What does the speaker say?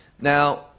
Now